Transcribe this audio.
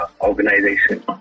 organization